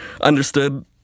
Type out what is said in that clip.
understood